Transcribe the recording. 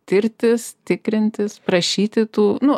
tirtis tikrintis prašyti tų nu